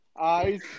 Eyes